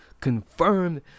confirmed